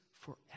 forever